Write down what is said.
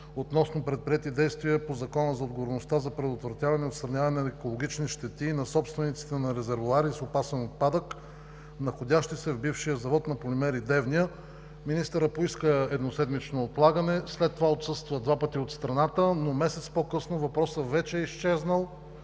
относно предприети действия по Закона за отговорността за предотвратяване и отстраняване на екологични щети и на собствениците на резервоари с опасен отпадък, находящи се в бившия завод „Полимери“ – Девня. Министърът поиска едноседмично отлагане, след това отсъства два пъти от страната, но месец по-късно въпросът вече е изчезнал,